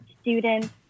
students